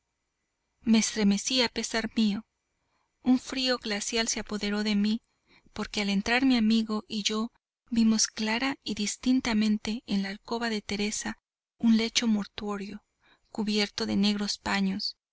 me estremecí a pesar mío un frío glacial se apoderó de mí porque al entrar mi amigo y yo vimos clara y distintamente en la alcoba de teresa un lecho mortuorio cubierto de negros paños